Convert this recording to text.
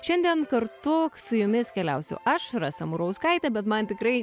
šiandien kartu su jumis keliausiu aš rasa murauskaitė bet man tikrai